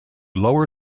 lower